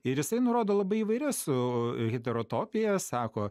ir jisai nurodo labai įvairias u hetorotopijas sako